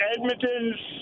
Edmonton's